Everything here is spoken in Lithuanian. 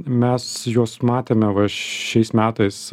mes juos matėme va šiais metais